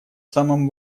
самом